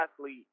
athlete